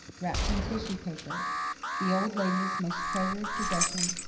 wrapped in tissue paper the old lady's most treasured possession.